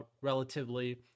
relatively